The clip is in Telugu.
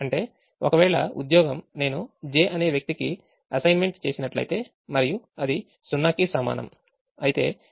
అంటేఒకవేళ ఉద్యోగం నేను j అనే వ్యక్తికి అసైన్మెంట్ చేసినట్లయితే మరియు అది 0 కి సమానం అయితే Xij 1 గా తీసుకుందాము